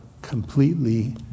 completely